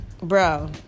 bro